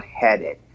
headed